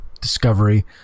Discovery